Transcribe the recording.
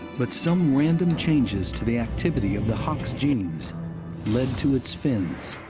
but some random changes to the activity of the hox genes led to its fins